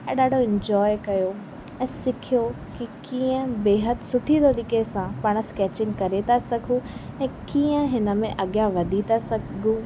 ऐं ॾाढो इंजॉय कयो ऐं सिखियो की कीअं बेहदि सुठी तरीक़े सां पाण स्कैचिंग करे था सघूं ऐं कीअं हिन में अॻियां वधी था सघूं